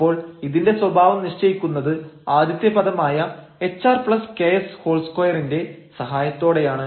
അപ്പോൾ ഇതിന്റെ സ്വഭാവം നിശ്ചയിക്കുന്നത് ആദ്യത്തെ പദമായ hrks2 ന്റെ സഹായത്തോടെയാണ്